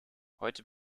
heute